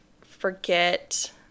forget